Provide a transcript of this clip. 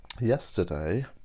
yesterday